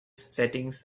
settings